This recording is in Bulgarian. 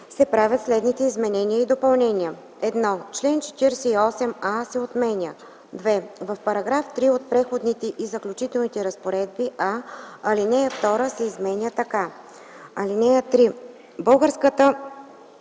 се правят следните изменения и допълнения: 1. Член 48а се отменя. 2. В § 3 от Преходните и заключителните разпоредби: а) алинея 3 се изменя така: „(3) Българската